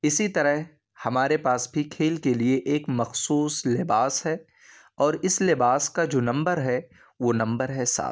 اسی طرح ہمارے پاس بھی کھیل کے لیے ایک مخصوص لباس ہے اور اس لباس کا جو نمبر ہے وہ نمبر ہے سات